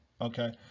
okay